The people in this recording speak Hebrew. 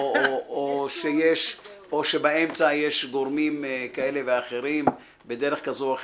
או שבאמצע יש גורמים כאלה ואחרים בדרך כזו או אחרת?